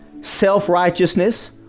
self-righteousness